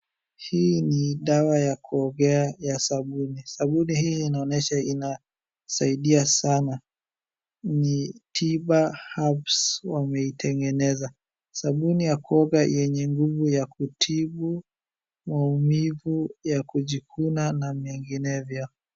Hii ni dawa ya kuogea ya sabuni. Sabuni hii inaonyesha inasaidia sana. Ni Tiba Herbs wameitengeneza. Sabuni ya kuoga yenye nguvu ya kutibu maumivu ya kujikuna na menginevyo.